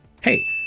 hey